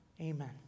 Amen